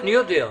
אני יודע.